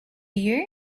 you